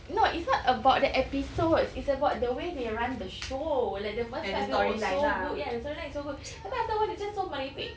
no it's not about the episodes it's about the way they run the show like the was so good ya the story line was so good tapi after awhile it's just so merepek